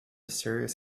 serious